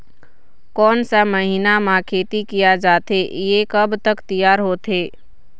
कोन सा महीना मा खेती किया जाथे ये कब तक तियार होथे?